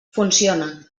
funciona